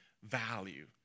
Value